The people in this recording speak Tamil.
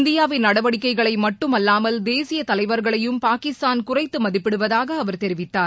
இந்தியாவின் நடவடிக்கைகளை மட்டும் அல்லாமல் தேசிய தலைவர்களையும் பாகிஸ்தான் குறைத்து மதிப்பிடுவதாக அவர் தெரிவித்தார்